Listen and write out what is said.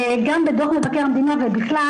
גם בדו"ח מבקר המדינה ובכלל.